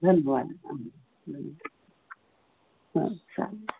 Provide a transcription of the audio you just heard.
धन्यवादः आं हा साधु